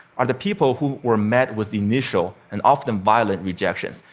are the people who were met with initial and often violent rejections.